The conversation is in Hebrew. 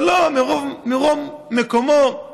אבל לא, מרום מקומו הוא אומר: